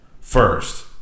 first